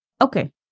Okay